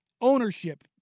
ownership